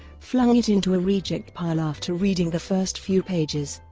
flung it into a reject pile after reading the first few pages.